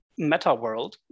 MetaWorld